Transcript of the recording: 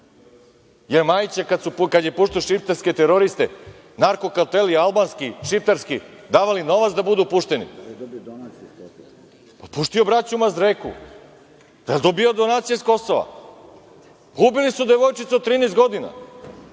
su Majiću kad je puštao šiptarske teroriste narko karteli albanski, šiptarski, davali novac da budu pušteni? Pustio je braću Mazreku. Jel dobijao donacije sa Kosova? Ubili su devojčicu od 13 godina,